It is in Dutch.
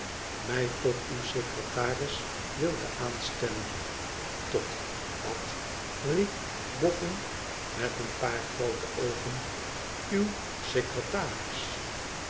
mij tot uw secretaris wildet aanstellen tot wat riep boffin met een paar groote oogen uw secretaris